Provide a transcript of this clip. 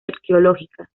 arqueológica